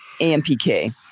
AMPK